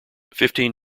fifteen